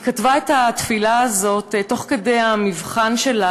היא כתבה את התפילה הזאת תוך כדי המבחן שלה